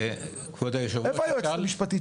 איפה היועצת המשפטית